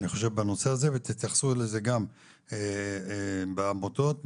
ותתייחסו לזה גם בעמותות,